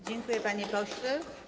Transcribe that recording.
Dziękuję, panie pośle.